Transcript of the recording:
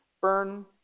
burn